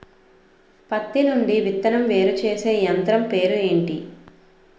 పత్తి నుండి విత్తనం వేరుచేసే యంత్రం పేరు ఏంటి